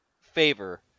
favor